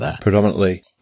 predominantly